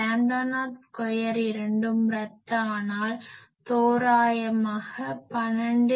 lambda naught square இரண்டும் ரத்தானால் தோரயமாக 12×0